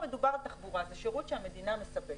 מדובר על תחבורה וזה שירות שהמדינה מספקת.